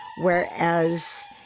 whereas